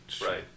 right